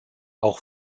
auch